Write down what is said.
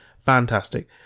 fantastic